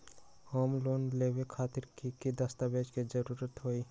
Home loan लेबे खातिर की की दस्तावेज के जरूरत होतई?